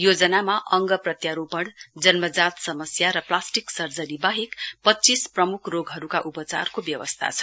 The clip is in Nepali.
योजनामा अङ्ग प्रत्यारोपण जन्मजात समस्या र प्लास्टिक सर्जरी बाहेक पञ्चीस प्रमुख रोगहरुको उपचारको व्यवस्था छ